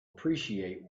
appreciate